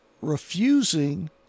refusing